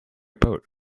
boat